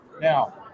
Now